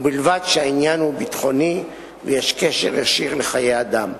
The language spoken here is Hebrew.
ובלבד שהעניין הוא ביטחוני ויש קשר ישיר לחיי אדם.